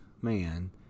man